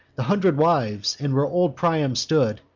the hundred wives, and where old priam stood,